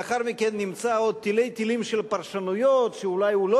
לאחר מכן נמצא עוד תלי-תלים של פרשנויות שאולי הוא לא